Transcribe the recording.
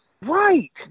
Right